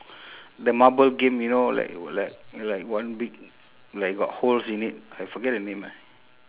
the marble game you know like like like one big like got holes in it I forget the name ah